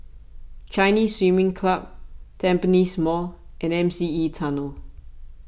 Chinese Swimming Club Tampines Mall and M C E Tunnel